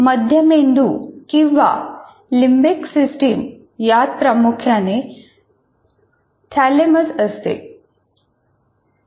मध्यमेंदू किंवा limbic system यात प्रामुख्याने थॅलेमस असते